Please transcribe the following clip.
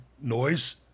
noise